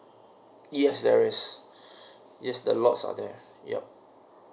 yes there is yes the lots are there yup